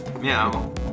Meow